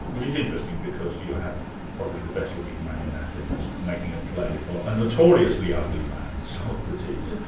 which is interesting, because you have probably the best-looking man in athens making a play for a notoriously ugly man, socrates.